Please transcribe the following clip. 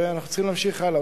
ואנחנו צריכים להמשיך הלאה.